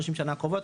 30 שנה האחרונות,